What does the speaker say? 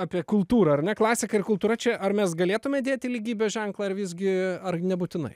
apie kultūrą ar ne klasika ir kultūra čia ar mes galėtume dėti lygybės ženklą ar visgi ar nebūtinai